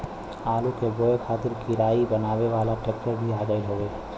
आलू के बोए खातिर कियारी बनावे वाला ट्रेक्टर भी आ गयल हउवे